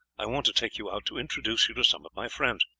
i want to take you out to introduce you to some of my friends.